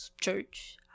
church